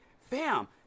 fam